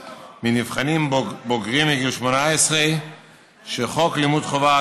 מנבחנים בוגרים מגיל 18 שחוק לימוד חובה,